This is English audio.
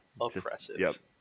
Oppressive